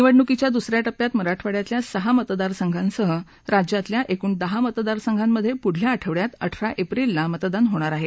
निवडणुकीच्या द्सऱ्या टप्प्यात मराठवाङ्यातल्या सहा मतदार संघांसह राज्यातल्या एकृण दहा मतदार संघांमध्ये पुढच्या आठवड्यात अठरा एप्रिलला मतदान होणार आहे